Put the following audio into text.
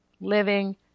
Living